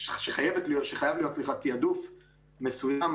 שחייב להיות תעדוף מסוים,